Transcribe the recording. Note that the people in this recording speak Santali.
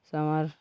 ᱥᱟᱶᱟᱨ